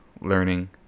learning